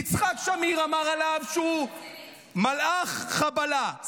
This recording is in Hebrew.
יצחק שמיר אמר עליו שהוא מלאך חבלה,